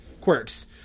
quirks